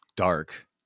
dark